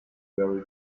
very